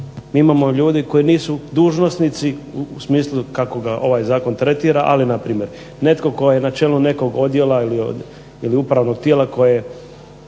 mi imamo ljudi koji nisu dužnosnici u smislu kako ga ovaj zakon tretira ali na primjer netko tko je na čelu nekog odjela ili upravnog tijela koje